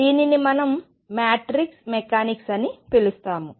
దీనిని మనం matrix mechanics అని పిలుస్తాము